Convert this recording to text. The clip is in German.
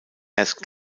erst